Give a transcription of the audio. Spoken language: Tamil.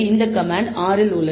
இந்த கமாண்ட் R இல் உள்ளது